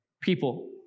people